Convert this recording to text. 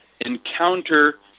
encounter